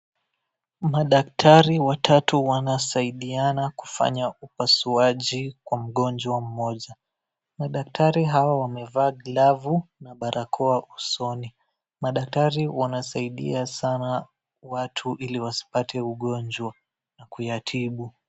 Madaktari watatu wanasaidiana kufanya upasuaji kwa mgonjwa mmoja. Madaktari hawa wamevaa glavu na barakoa usoni. Madaktari wanasaidia sana watu ili wasipate ugonjwa na kuyatibu.